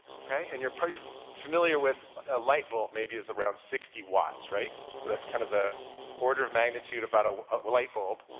okay? and you're pretty familiar with ah light bulb maybe is around sixty watts, right? so that's kind of the order of magnitude about ah a light bulb.